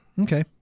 Okay